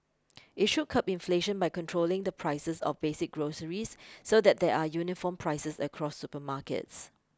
it should curb inflation by controlling the prices of basic groceries so that there are uniform prices across supermarkets